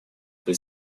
при